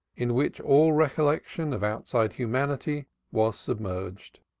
in which all recollection of outside humanity was submerged.